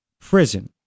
prison